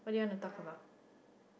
what do you want to talk about